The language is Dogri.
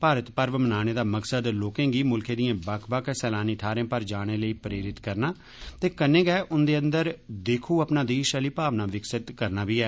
भारत पर्व मनाने दा मकसद लोकें गी मुल्खै दिएं बक्ख बक्ख सैलानी थहारें पर जाने लेई प्रेरित करना ते कन्नै गै उन्दे अंदर 'देखो अपना देश' आली भावना विकसित करना बी ऐ